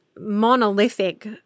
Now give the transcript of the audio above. monolithic